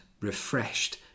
refreshed